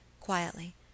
quietly